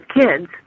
kids